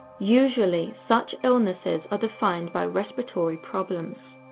usually, such illnesses are defined by respiratory problems.